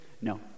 No